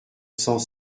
cent